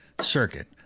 circuit